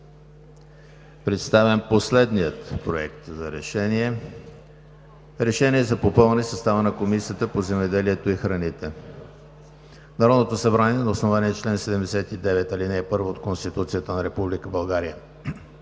Представям последния: „Проект! РЕШЕНИЕ за попълване състава на Комисията по земеделието и храните Народното събрание на основание чл. 79, ал. 1 от Конституцията на Република България